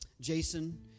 Jason